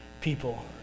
people